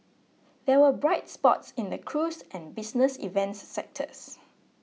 there were bright spots in the cruise and business events sectors